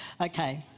Okay